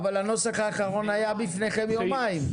אבל הנוסח האחרון היה בפנים יומיים.